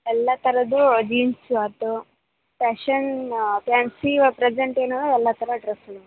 ಎಲ್ಲ ಥರದ್ದು ಜೀನ್ಸ್ ಆಯ್ತು ಪ್ಯಾಶನ್ ಫ್ಯಾನ್ಸಿ ಇವಾಗ ಪ್ರೆಸೆಂಟ್ ಏನು ಎಲ್ಲ ಥರ ಡ್ರಸ್ ಇವೆ